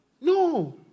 No